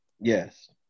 yes